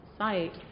site